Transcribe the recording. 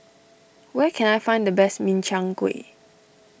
where can I find the best Min Chiang Kueh